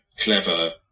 clever